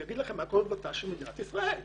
יגיד לכם מה קורה בבט"ש במדינת ישראל.